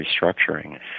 restructuring